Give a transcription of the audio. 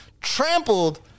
trampled